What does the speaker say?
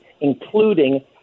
including